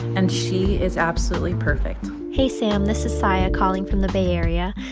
and she is absolutely perfect hey, sam. this is saya calling from the bay area.